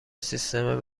سیستم